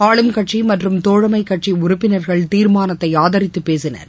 ஆளும்கட்சி மற்றும் தோழமை கட்சி உறுப்பினர்கள் தீர்மானத்தை ஆதரித்து பேசினர்